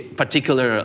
particular